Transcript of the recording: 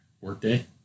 Workday